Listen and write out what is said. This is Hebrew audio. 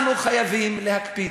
אנחנו חייבים להקפיד,